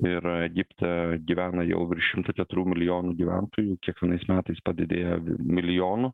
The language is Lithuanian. ir egipte gyvena jau virš šimto keturių milijonų gyventojų kiekvienais metais padidėja milijonu